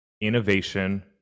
innovation